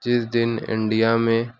جس دن انڈیا میں